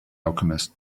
alchemist